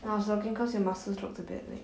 I was looking because your muscles looked a bit like